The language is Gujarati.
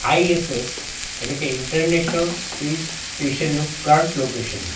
આઈએસસેસ એટલે કે ઇન્ટરનેશનલ સ્પેસ સ્ટેશનનું કરંટ લોકેશન